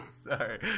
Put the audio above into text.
Sorry